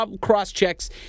cross-checks